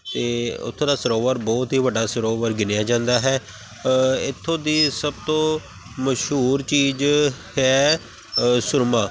ਅਤੇ ਉੱਥੋਂ ਦਾ ਸਰੋਵਰ ਬਹੁਤ ਹੀ ਵੱਡਾ ਸਰੋਵਰ ਗਿਣਿਆ ਜਾਂਦਾ ਹੈ ਇੱਥੋਂ ਦੀ ਸਭ ਤੋਂ ਮਸ਼ਹੂਰ ਚੀਜ਼ ਹੈ ਸੁਰਮਾ